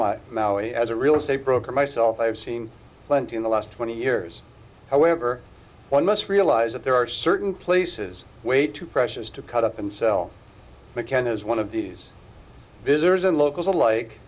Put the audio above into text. my mouth as a real estate broker myself i have seen plenty in the last twenty years however one must realize that there are certain places way too precious to cut up and sell mckenna's one of these visitors and locals alike